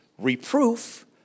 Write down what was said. reproof